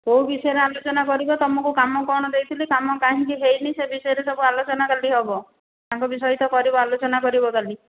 କେଉଁ ବିଷୟରେ ଆଲୋଚନା କରିବ ତମକୁ କାମ କ'ଣ ଦେଇଥିଲି କାମ କାହିଁକି ହୋଇନି ସେହି ବିଷୟରେ ସବୁ ଆଲୋଚନା କାଲି ହେବ ତାଙ୍କ ବିଷୟରେ କରିବ ଆଲୋଚନା କରିବ କାଲି